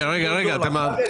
מאזן,